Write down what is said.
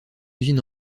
usine